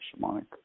shamanic